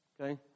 Okay